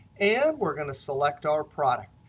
and we're going to select our product.